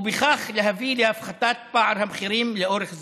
ובכך להביא להפחתת פער המחירים לאורך זמן.